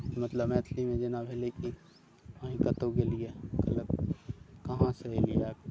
मतलब मैथिलीमे जेना भेलै कि अहीँ कतहु गेलियै कहलक कहाँसँ एलियैए